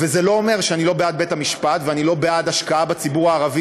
וזה לא אומר שאני לא בעד בית-המשפט ואני לא בעד השקעה בציבור הערבי